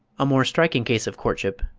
a more striking case of courtship,